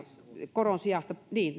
koron sijasta niin